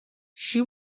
she